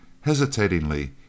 Hesitatingly